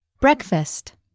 Breakfast